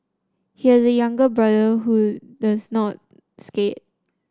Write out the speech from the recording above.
he has a younger brother who does not skate